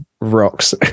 rocks